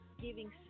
giving